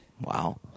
Wow